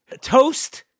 Toast